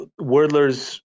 wordlers